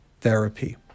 therapy